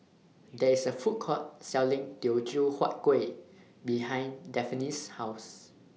There IS A Food Court Selling Teochew Huat Kueh behind Dafne's House